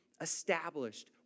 established